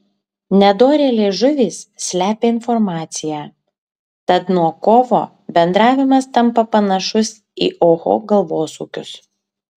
nedorėlės žuvys slepia informaciją tad nuo kovo bendravimas tampa panašus į oho galvosūkius